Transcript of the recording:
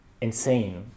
insane